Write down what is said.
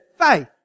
faith